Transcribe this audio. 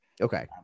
okay